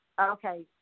Okay